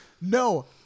No